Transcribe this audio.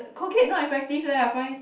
Colgate not effective leh I find